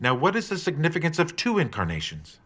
now what is the significance of two incarnations